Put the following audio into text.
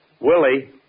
Willie